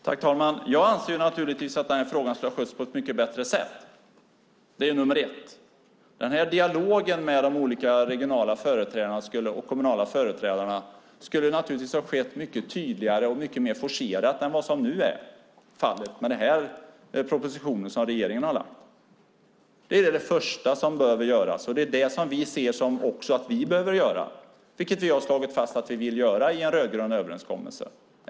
Fru talman! Jag anser naturligtvis att den här frågan skulle ha skötts på ett mycket bättre sätt. Det är nummer ett. Dialogen med de olika regionala och kommunala företrädarna skulle ha skett mycket tydligare och mer forcerat än vad som nu är fallet med den här propositionen som regeringen har lagt fram. Det är det första som behöver göras. Det är det som vi också ser att vi behöver göra. Det har vi slagit fast att vi vill göra i en rödgrön överenskommelse.